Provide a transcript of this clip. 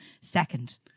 Second